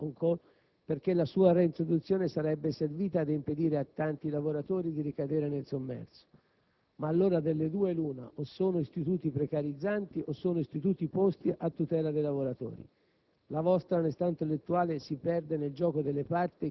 poi avete cercato di reintrodurre almeno il *job on call*, perché la sua reintroduzione sarebbe servita ad impedire a tanti lavoratori di ricadere nel sommerso. Ma allora delle due l'una: o sono istituti precarizzanti o sono istituti posti a tutela dei lavoratori.